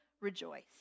rejoice